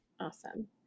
Awesome